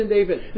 David